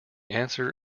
answer